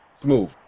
Smooth